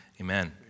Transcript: Amen